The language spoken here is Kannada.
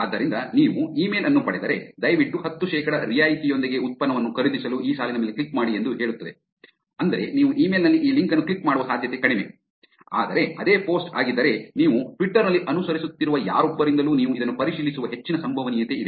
ಆದ್ದರಿಂದ ನೀವು ಇಮೇಲ್ ಅನ್ನು ಪಡೆದರೆ ದಯವಿಟ್ಟು ಹತ್ತು ಶೇಕಡಾ ರಿಯಾಯಿತಿಯೊಂದಿಗೆ ಉತ್ಪನ್ನವನ್ನು ಖರೀದಿಸಲು ಈ ಸಾಲಿನ ಮೇಲೆ ಕ್ಲಿಕ್ ಮಾಡಿ ಎಂದು ಹೇಳುತ್ತದೆ ಅಂದರೆ ನೀವು ಇಮೇಲ್ ನಲ್ಲಿ ಈ ಲಿಂಕ್ ಅನ್ನು ಕ್ಲಿಕ್ ಮಾಡುವ ಸಾಧ್ಯತೆ ಕಡಿಮೆ ಆದರೆ ಅದೇ ಪೋಸ್ಟ್ ಆಗಿದ್ದರೆ ನೀವು ಟ್ವಿಟರ್ ನಲ್ಲಿ ಅನುಸರಿಸುತ್ತಿರುವ ಯಾರೊಬ್ಬರಿಂದಲೂ ನೀವು ಇದನ್ನು ಪರಿಶೀಲಿಸುವ ಹೆಚ್ಚಿನ ಸಂಭವನೀಯತೆಯಿದೆ